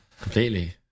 Completely